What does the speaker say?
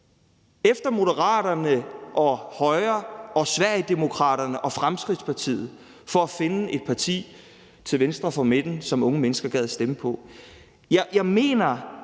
Moderaterne og Højre og Sverigedemokraterne og Fremskridtspartiet for at finde et parti til venstre for midten, som unge mennesker gad stemme på.